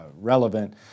relevant